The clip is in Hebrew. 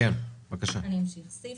"הרשאות